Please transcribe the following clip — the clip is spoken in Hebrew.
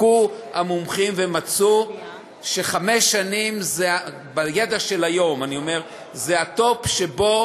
בדקו המומחים ומצאו שחמש שנים בידע של היום זה הטופ שבו